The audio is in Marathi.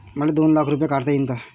मले दोन लाख रूपे काढता येईन काय?